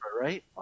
right